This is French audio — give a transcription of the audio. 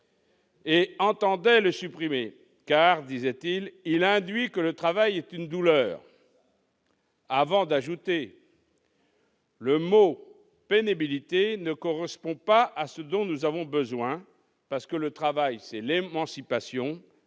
entendait le supprimer, car il « induit que le travail est une douleur », ajoutant que « le mot " pénibilité " ne correspond pas à ce dont nous avons besoin, parce que le travail c'est l'émancipation,